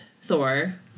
Thor